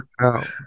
out